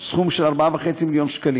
סכום של 4.5 מיליון שקלים.